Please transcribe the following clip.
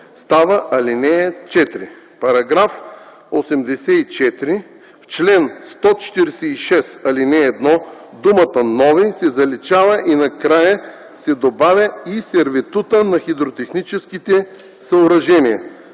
става ал. 4. § 84. В чл. 146, ал. 1 думата „нови“ се заличава и накрая се добавя „и сервитута на хидротехническите съоръжения”.